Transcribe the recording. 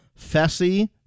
Fessy